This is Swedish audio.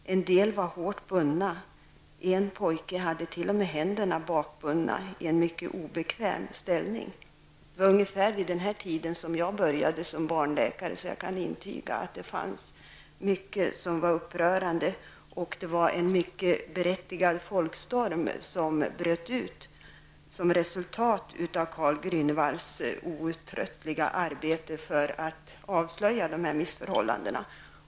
En del var hårt bundna; en pojke hade t.o.m. händerna bakbundna i en mycket obekväm ställning.'' Det var ungefär vid den här tiden som jag började arbeta som barnläkare, och jag kan intyga att det fanns många upprörande förhållanden och att det var en mycket berättigad folkstorm som bröt ut som resultat av Karl Grunewalds outtröttliga arbete för att avslöja dessa missförhållanden.